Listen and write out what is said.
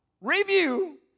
review